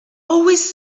always